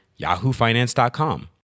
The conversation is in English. yahoofinance.com